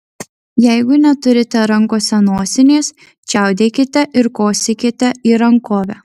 jeigu neturite rankose nosinės čiaudėkite ir kosėkite į rankovę